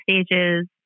stages